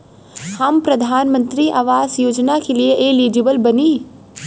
हम प्रधानमंत्री आवास योजना के लिए एलिजिबल बनी?